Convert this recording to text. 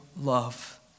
love